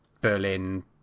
Berlin